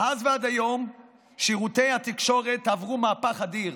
מאז ועד היום שירותי התקשורת עברו מהפך אדיר.